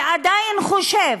ועדיין חושב,